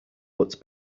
but